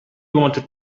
wanted